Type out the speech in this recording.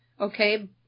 okay